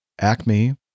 Acme